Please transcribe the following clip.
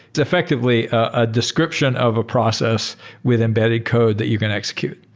it's effectively a description of a process with embedded code that you can execute.